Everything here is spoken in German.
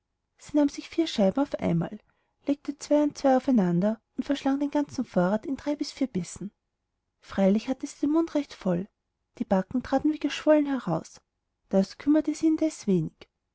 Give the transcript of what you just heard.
sie nahm sich vier schnitten auf einmal legte zwei und zwei aufeinander und verschlang den ganzen vorrat in drei bis vier bissen freilich hatte sie den mund recht voll die backen traten wie geschwollen heraus das kümmerte sie indes wenig